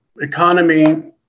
economy